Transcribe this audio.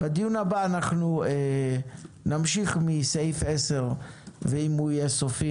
בדיון הבא אנחנו נמשיך מסעיף 10 ואם הוא יהיה סופי,